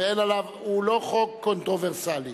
הוא לא חוק קונטרוברסלי.